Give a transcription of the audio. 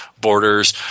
Borders